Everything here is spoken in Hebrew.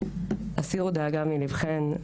הסירו דאגה מלבכן.